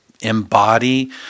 embody